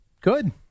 Good